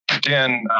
Dan